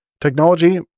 Technology